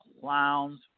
clowns